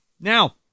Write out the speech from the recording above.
Now